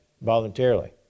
voluntarily